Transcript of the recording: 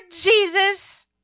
Jesus